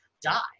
die